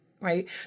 right